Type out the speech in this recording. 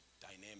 dynamic